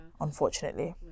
unfortunately